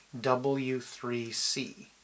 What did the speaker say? W3C